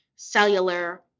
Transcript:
cellular